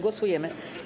Głosujemy.